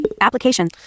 application